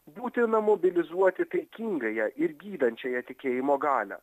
būtina mobilizuoti taikingąją ir gydančiąją tikėjimo galią